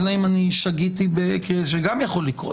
אלא אם שגיתי, זה גם יכול לקרות,